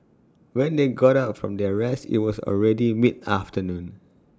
when they woke up from their rest IT was already mid afternoon